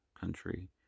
country